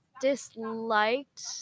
disliked